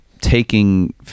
Taking